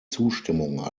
zustimmung